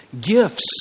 gifts